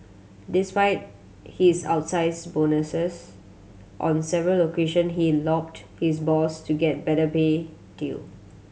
despite his outsize bonuses on several occasion he lobbied his boss to get better pay deal